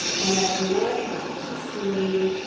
and then if you want to see